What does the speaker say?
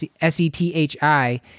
S-E-T-H-I